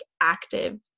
active